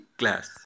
class